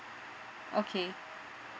okay